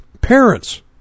parents